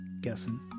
guessing